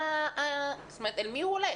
אל מי הוא הולך?